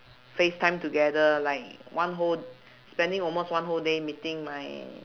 face time together like one whole spending almost one whole day meeting my